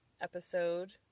episode